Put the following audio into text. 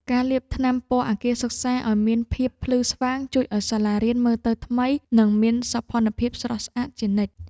ការលាបថ្នាំពណ៌អគារសិក្សាឱ្យមានភាពភ្លឺស្វាងជួយឱ្យសាលារៀនមើលទៅថ្មី និងមានសោភ័ណភាពស្រស់ស្អាតជានិច្ច។